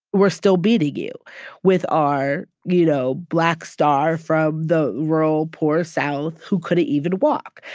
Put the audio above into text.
we're still beating you with our, you know, black star from the rural, poor south, who couldn't even walk.